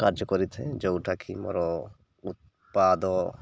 କାର୍ଯ୍ୟ କରିଥାଏ ଯେଉଁଟାକି ମୋର ଉତ୍ପାଦ